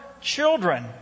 children